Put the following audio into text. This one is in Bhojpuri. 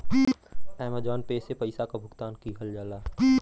अमेजॉन पे से पइसा क भुगतान किहल जाला